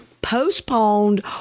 Postponed